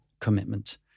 commitment